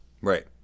Right